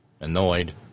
Annoyed